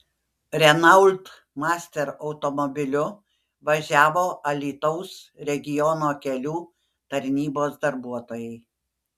renault master automobiliu važiavo alytaus regiono kelių tarnybos darbuotojai